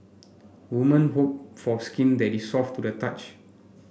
woman hope for skin that is soft to the touch